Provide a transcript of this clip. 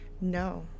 No